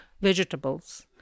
vegetables